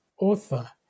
author